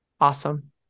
Awesome